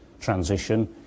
transition